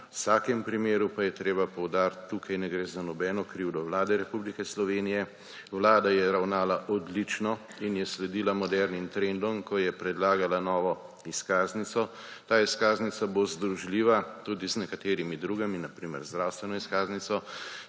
vsakem primeru pa je treba poudariti: tukaj ne gre za nobeno krivdo Vlade Republike Slovenije. Vlada je ravnala odlično in je sledila modernim trendom, ko je predlagala novo izkaznico. Ta izkaznica bo združljiva tudi z nekaterimi drugimi, na primer z zdravstveno izkaznico